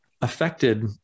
Affected